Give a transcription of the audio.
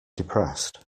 depressed